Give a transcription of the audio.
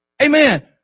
Amen